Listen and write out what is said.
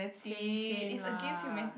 same same lah